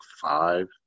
five